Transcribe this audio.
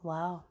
Wow